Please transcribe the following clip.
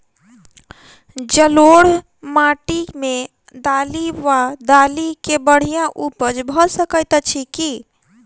जलोढ़ माटि मे दालि वा दालि केँ बढ़िया उपज भऽ सकैत अछि की?